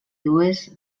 dues